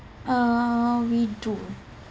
uh we do